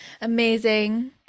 amazing